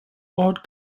odd